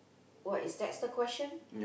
what is that's the question